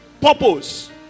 purpose